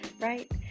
Right